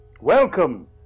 Welcome